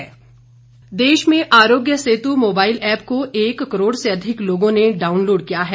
आरोग्य सेतु ऐप देश में आरोग्य सेतु मोबाइल ऐप को एक करोड़ से अधिक लोगों ने डाउनलोड किया है